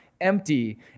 empty